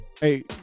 Hey